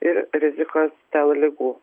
ir rizikos dėl ligų